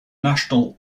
national